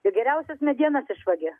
ir geriausias medienas išvagia